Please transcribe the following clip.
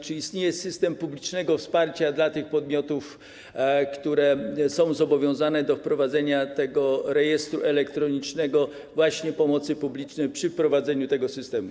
Czy istnieje system publicznego wsparcia dla tych podmiotów, które są zobowiązane do wprowadzenia rejestru elektronicznego, pomocy publicznej przy wprowadzeniu tego systemu?